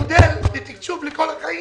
מודל לתקצוב לכל החיים.